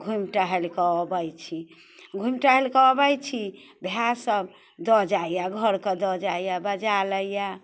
घूमि टहलिकऽ अबैत छी घूमि टहलिकऽ अबैत छी भाय सब दऽ जाइया घरकऽ दऽ जाइया बजा लैया